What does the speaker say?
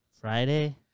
friday